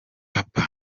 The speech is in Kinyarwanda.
papa